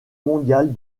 mondiale